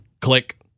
Click